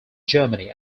germany